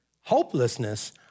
Hopelessness